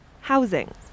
housing